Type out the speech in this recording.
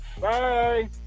Bye